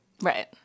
Right